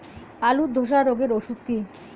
আলুর ধসা রোগের ওষুধ কি?